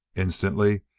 instantly,